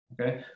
okay